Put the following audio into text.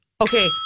okay